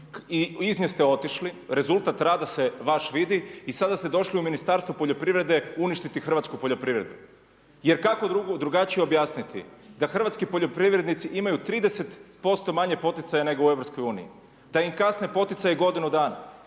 i iz nje ste otišli, rezultat rada se vaš vidi i sada ste došli u Ministarstvo poljoprivrede, uništiti hrvatsku poljoprivredu. Jer kako drugačije objasniti da hrvatski poljoprivrednici imaju 30% manje poticaja nego u EU. Da im kasne poticaji godinu dana,